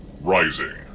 rising